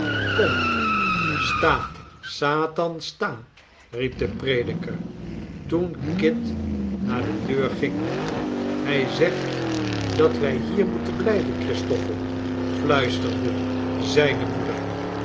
kom sta satan sta riep de prediker toen kit naar de deur ging hij zegt dat wij hier moeten blijven christoffel fluisterde zijne moeder